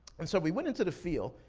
and so we went into the field.